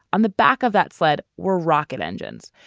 on the back of that sled were rocket engines.